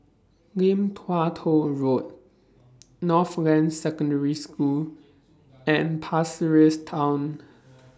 Lim Tua Tow Road Northland Secondary School and Pasir Ris Town